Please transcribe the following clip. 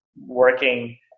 working